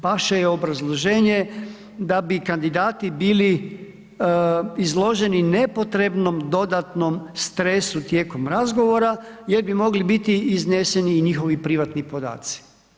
Vaše je obrazloženje da bi kandidati bili izloženi nepotrebnom dodatnom stresu tijekom razgovora jer bi mogli biti izneseni i njihovi privatni podaci.